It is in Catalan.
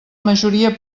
majoria